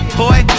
boy